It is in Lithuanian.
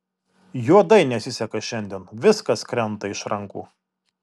juodai nesiseka šiandien viskas krenta iš rankų